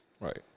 Right